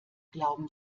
glauben